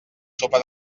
sopa